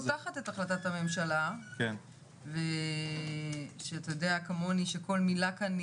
אני פשוט פותחת את החלטת הממשלה שאתה יודע כמוני שכל מילה כאן,